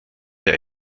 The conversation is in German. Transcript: der